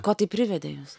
ko tai privedė jus